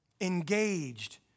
engaged